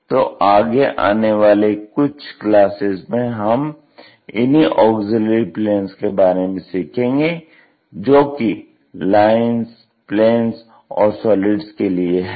तो आगे आने वाली कुछ क्लासेज में हम इन्ही ऑग्ज़िल्यरी प्लेन्स के बारे में सीखेंगे जो कि लाइन्स प्लेन्स और सॉलिड्स के लिए हैं